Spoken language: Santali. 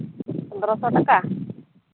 ᱵᱟᱨᱚ ᱥᱚ ᱴᱟᱠᱟ